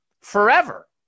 forever